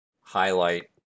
highlight